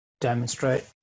demonstrate